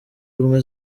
ubumwe